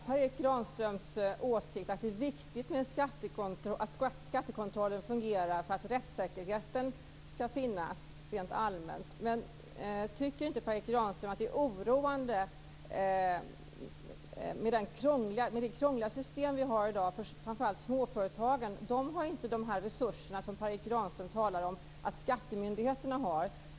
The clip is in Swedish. Fru talman! Jag delar Per Erik Granströms åsikt att det är viktigt att skattekontrollen fungerar för att rättssäkerheten ska finnas rent allmänt. Men tycker inte Per Erik Granström att det är oroande med det krångliga system som vi har i dag för framför allt småföretagen? De har inte de resurser som Per Erik Granström talar om att skattemyndigheterna har.